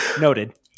Noted